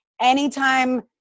Anytime